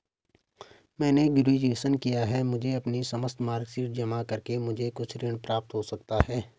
मैंने ग्रेजुएशन किया है मुझे अपनी समस्त मार्कशीट जमा करके मुझे ऋण प्राप्त हो सकता है?